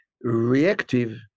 reactive